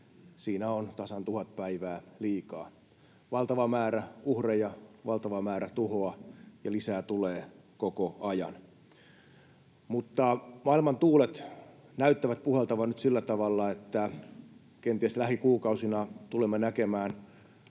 siinä on tasan tuhat päivää liikaa. Valtava määrä uhreja, valtava määrä tuhoa, ja lisää tulee koko ajan. Mutta maailman tuulet näyttävät puhaltavan nyt sillä tavalla, että kenties lähikuukausina tulemme näkemään